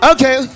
Okay